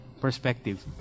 perspective